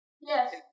Yes